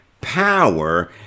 power